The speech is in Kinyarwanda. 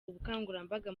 ubukangurambaga